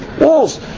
walls